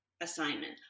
assignment